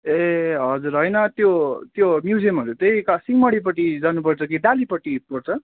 ए हजुर होइन त्यो त्यो म्युजियमहरू त कहाँ सिङमाारीपट्टि जानु पर्छ कि डालीपट्टि पर्छ